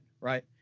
right